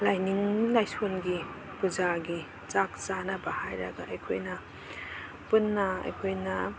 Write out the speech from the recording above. ꯂꯥꯏꯅꯤꯡ ꯂꯥꯏꯁꯣꯟꯒꯤ ꯄꯨꯖꯥꯒꯤ ꯆꯥꯛ ꯆꯥꯅꯕ ꯍꯥꯏꯔꯒ ꯑꯩꯈꯣꯏꯅ ꯄꯨꯟꯅ ꯑꯩꯈꯣꯏꯅ